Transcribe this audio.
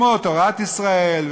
כמו תורת ישראל,